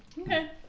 Okay